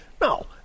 no